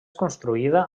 construïda